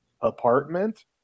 apartment